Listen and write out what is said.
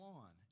on